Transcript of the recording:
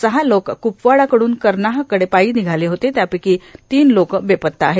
सहा लोक कुपवाडाकडून करनाहकडे पायी निघाले होते त्यापैकी तीन लोक बेपत्ता आहेत